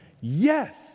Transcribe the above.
yes